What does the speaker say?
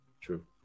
True